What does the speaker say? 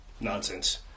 nonsense